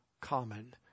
common